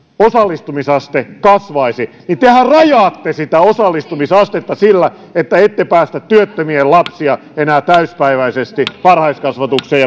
osallistumisaste kasvaisi mutta tehän rajaatte sitä osallistumisastetta sillä että ette päästä työttömien lapsia enää täysipäiväisesti varhaiskasvatuksen